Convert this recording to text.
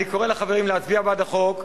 אני קורא לחברים להצביע בעד החוק,